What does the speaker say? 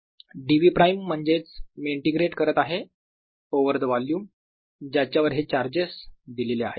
dv prime म्हणजेच मी integrate करत आहे ओव्हर द वोल्युम ज्याच्यावर हे चार्जेस दिलेले आहेत